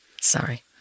sorry